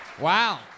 Wow